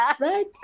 Right